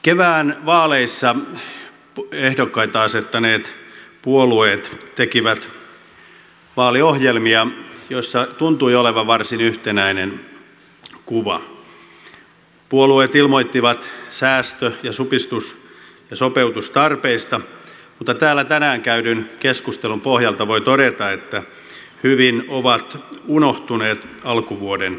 kevään vaaleissa ehdokkaita asettaneet puolueet tekivät vaaliohjelmia joissa tuntui olevan varsin yhtenäinen kuva puolueet ilmoittivat säästö ja supistus ja sopeutustarpeista mutta täällä tänään käydyn keskustelun pohjalta voi todeta että hyvin ovat unohtuneet alkuvuoden puheet